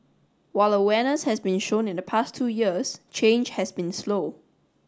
while awareness has been shown in the past two years change has been slow